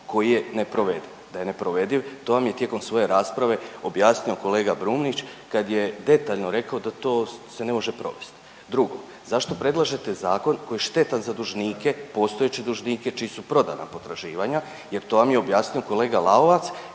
Da je neprovediv, to vam je tijekom svoje rasprave objasnio kolega Brumnić kad je detaljno rekao da to se ne može provesti. Drugo, zašto predlažete zakon koji je štetan za dužnike, postojeće dužnike čiji su prodana potraživanja jer to vam je objasnio kolega Lalovac